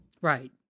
Right